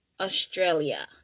Australia